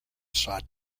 sought